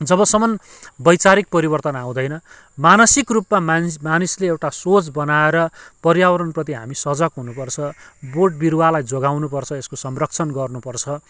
जबसम्म वैचारिक परिवर्तन आउँदैन मानसिक रुपमा मानिस मानिसले एउटा सोच बनाएर पर्यावरणप्रति हामी सजक हुनुपर्छ बोट बिरुवालाई जोगाउनुपर्छ यसको संरक्षण गर्नुपर्छ